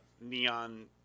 neon